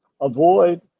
Avoid